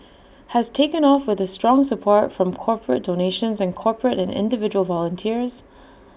has taken off with the strong support from corporate donations and corporate and individual volunteers